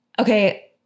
Okay